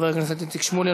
חבר הכנסת איציק שמולי,